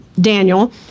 Daniel